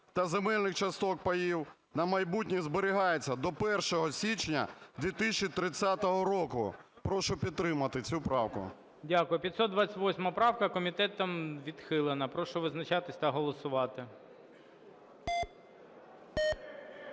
та земельних часток (паїв) на майбутнє зберігається до 1 січня 2030 року". Прошу підтримати цю правку. ГОЛОВУЮЧИЙ. Дякую. 528 правка комітетом відхилена. Прошу визначатись та голосувати.